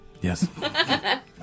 Yes